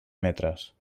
metres